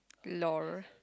lor